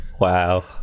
wow